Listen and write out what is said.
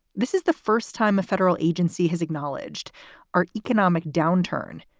this is the first time a federal agency has acknowledged our economic downturn.